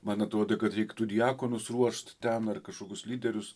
man atrodė kad reiktų diakonus ruošt ten ar kažkokius lyderius